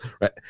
Right